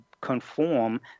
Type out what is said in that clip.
conform